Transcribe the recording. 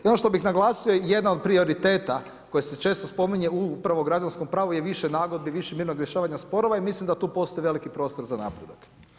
I ono što bih naglasio je jedan od prioriteta koji se često spominje u upravo građanskom pravu je više nagodbi, više mirnog rješavanja sporova i mislim da tu postoji veliki prostor za napredak.